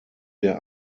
der